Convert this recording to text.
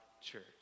church